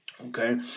Okay